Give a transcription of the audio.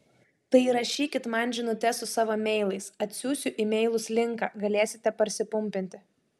tai rašykit man žinutes su savo meilais atsiųsiu į meilus linką galėsite parsipumpinti